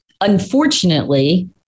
unfortunately